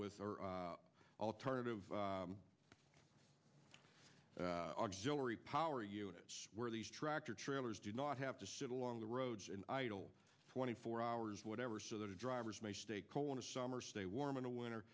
our alternative auxiliary power units where these tractor trailers do not have to sit along the roads and idle twenty four hours whatever so the drivers may stay cold on a summer stay warm in the winter